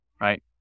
right